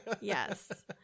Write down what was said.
yes